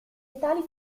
tali